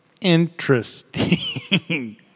interesting